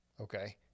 okay